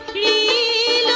e